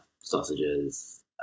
sausages